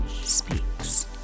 speaks